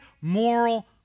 moral